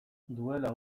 duela